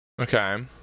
Okay